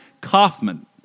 Kaufman